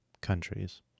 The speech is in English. countries